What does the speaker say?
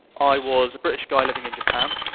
i was a british guy living in japan.